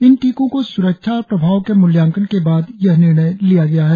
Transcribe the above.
इन टीकों की स्रक्षा और प्रभाव के मूल्यांकन के बाद यह निर्णय लिया गया है